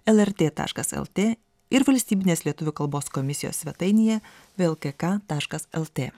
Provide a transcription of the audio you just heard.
lrt taškas lt ir valstybinės lietuvių kalbos komisijos svetainėje vlkk taškas lt